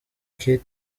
kate